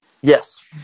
Yes